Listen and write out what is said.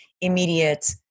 immediate